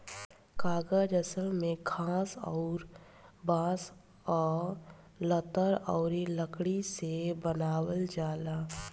कागज असली में घास अउर बांस आ लतर अउरी लकड़ी से बनावल जाला